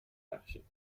بخشید